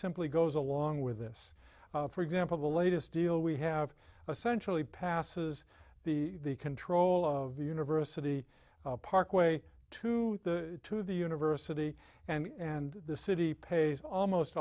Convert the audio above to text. simply goes along with this for example the latest deal we have a centrally passes the control of the university parkway to the to the university and and the city pays almost